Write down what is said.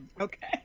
Okay